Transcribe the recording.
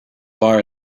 bar